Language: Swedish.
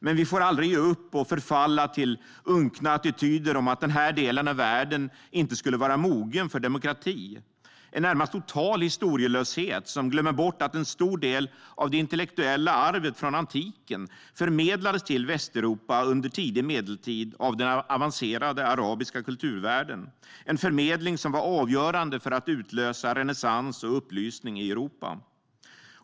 Men vi får aldrig ge upp och förfalla till unkna attityder om att den här delen av världen inte skulle vara mogen för demokrati - en närmast total historielöshet där man glömmer bort att en stor del av det intellektuella arvet från antiken förmedlades till Västeuropa under tidig medeltid av den avancerade arabiska kulturvärlden, en förmedling som var avgörande för att utlösa renässans och upplysning i Europa.